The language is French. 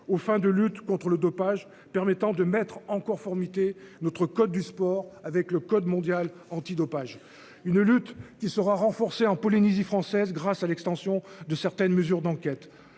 aux fins de lutte contre le dopage permettant de mettre en conformité. Notre code du sport avec le code mondial antidopage. Une lutte qui sera renforcé en Polynésie française grâce à l'extension de certaines mesures d'enquête.